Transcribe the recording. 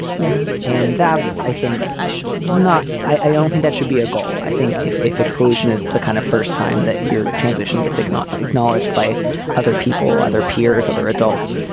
yeah. and that's i think not. i don't think that should be a goal. i think if if exclusion is the kind of first time that your transition gets ignored, acknowledged by other people, other peers, other adults,